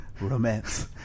Romance